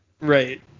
Right